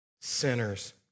Sinners